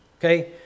Okay